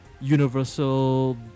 universal